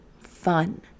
fun